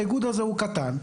האיגוד הזה הוא קטן,